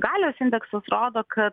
galios indeksas rodo kad